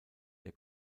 der